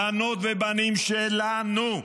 בנות ובנים שלנו,